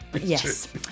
Yes